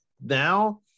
now